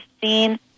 seen